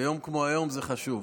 ביום כמו היום זה חשוב.